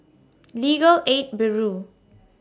Legal Aid Bureau